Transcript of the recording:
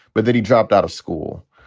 but then he dropped out of school,